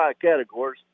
categories